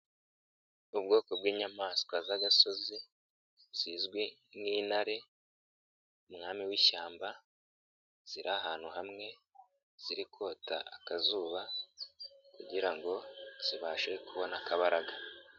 Ubwoko bw'inyamaswa z'agasozi, zizwi nk'intare umwami w'ishyamba ziri ahantu hamwe, ziri kota akazuba kugira ngo zibashe kubona akabaraga.